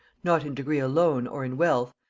not in degree alone or in wealth,